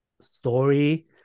story